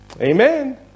Amen